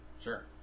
sure